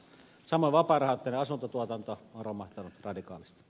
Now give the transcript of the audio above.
samoin vapaarahoitteinen asuntotuotanto on romahtanut radikaalisti